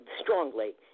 strongly